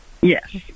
Yes